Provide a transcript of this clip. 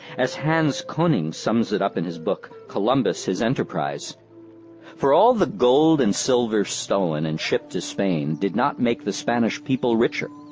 as hans koning sums it up in his book columbus his enterprise for all the gold and silver stolen and shipped to spain did not make the spanish people richer.